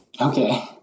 okay